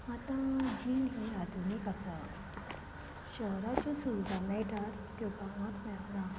आतां जीण ही आधुनीक आसा शहरात ज्यो सुविधा मेळटात त्यो गांवांत मेळना